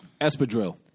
Espadrille